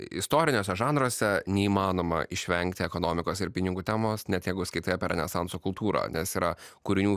istoriniuose žanruose neįmanoma išvengti ekonomikos ir pinigų temos net jeigu skaitai apie renesanso kultūrą nes yra kūrinių